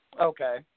Okay